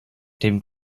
dem